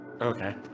Okay